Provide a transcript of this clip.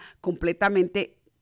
completamente